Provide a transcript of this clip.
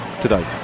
today